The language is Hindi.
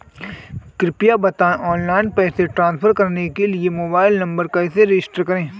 कृपया बताएं ऑनलाइन पैसे ट्रांसफर करने के लिए मोबाइल नंबर कैसे रजिस्टर करें?